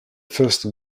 first